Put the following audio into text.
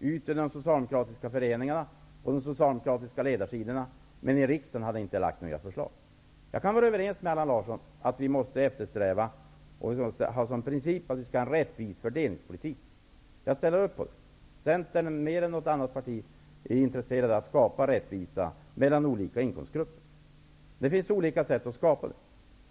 i de socialdemokratiska föreningarna och på de socialdemokratiska ledarsidorna, men att ni inte har lagt fram några förslag i riksdagen? Jag kan vara överens med Allan Larsson om att vi måste eftersträva en rättvis fördelningspolitik. Centern är mer än något annat parti intresserat av att skapa rättvisa mellan olika inkomstgrupper. Denna rättvisa kan skapas på olika sätt.